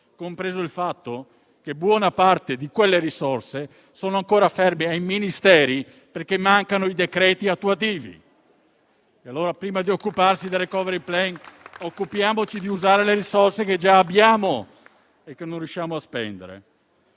compreso il fatto che buona parte di quelle risorse è ancora ferma ai Ministeri perché mancano i decreti attuativi. Prima di occuparci del *recovery plan*, allora, occupiamoci di usare le risorse che già abbiamo e che non riusciamo a spendere.